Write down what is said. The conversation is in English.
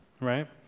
right